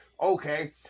Okay